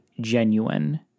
genuine